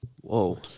Whoa